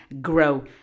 grow